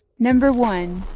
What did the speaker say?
number one.